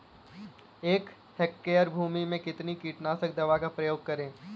एक हेक्टेयर भूमि में कितनी कीटनाशक दवा का प्रयोग करें?